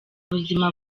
ubuzima